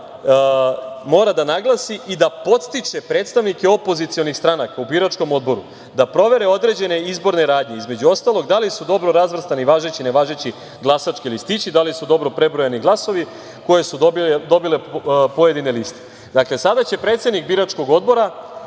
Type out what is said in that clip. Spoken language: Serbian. mora da naglasi i da podstiče predstavnike opozicionih stranaka u biračkom odboru, da provere određene izborne radnje, između ostalog da li su dobro razvrstani važeći i nevažeći glasački listići, da li su dobro prebrojani glasovi koje su dobile pojedine liste. Dakle, sada će predsednik biračkog odbora